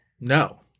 No